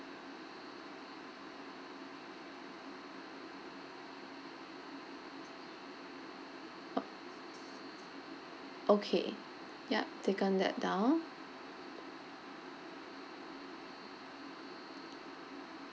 okay ya taken that down